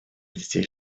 детей